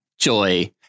Joy